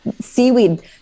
Seaweed